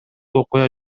окуя